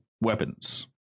weapons